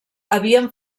havien